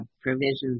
provisions